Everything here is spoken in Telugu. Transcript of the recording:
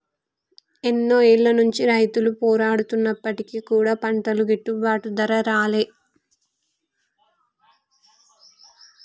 ఎన్నో ఏళ్ల నుంచి రైతులు పోరాడుతున్నప్పటికీ కూడా పంటలకి గిట్టుబాటు ధర రాలే